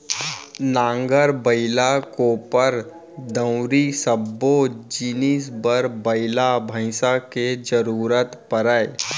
नांगर, बइला, कोपर, दउंरी सब्बो जिनिस बर बइला भईंसा के जरूरत परय